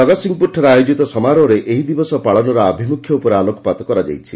ଜଗତ୍ସିଂହପୁରଠାରେ ଆୟୋଜିତ ସମାରୋହରେ ଏହି ଦିବସ ପାଳନର ଆଭିମୁଖ୍ୟ ଉପରେ ଆଲୋକପାତ କରାଯାଇଛି